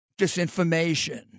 disinformation